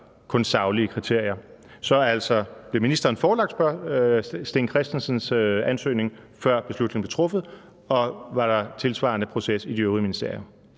kun saglige kriterier. Så altså, blev ministeren forelagt Sten Kristensens ansøgning, før beslutningen blev truffet, og var der en tilsvarende proces i de øvrige ministerier?